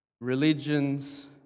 religions